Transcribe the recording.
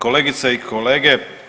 Kolegice i kolege.